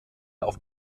auf